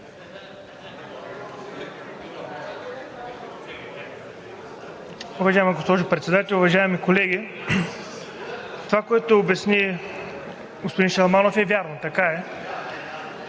Уважаема госпожо Председател, уважаеми колеги! Това, което обясни господин Шаламанов, е вярно, така е,